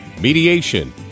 mediation